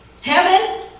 Heaven